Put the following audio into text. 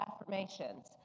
affirmations